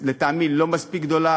לטעמי לא מספיק גדולה,